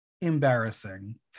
embarrassing